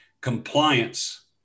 Compliance